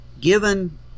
given